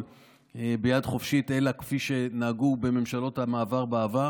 ביד חופשית אלא כפי שנהגו בממשלות המעבר בעבר.